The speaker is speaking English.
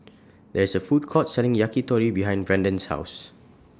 There IS A Food Court Selling Yakitori behind Brandon's House